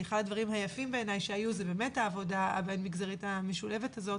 אחד הדברים היפים בעיני שהיו זאת באמת העבודה הבין-מגזרית המשולבת הזאת,